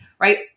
right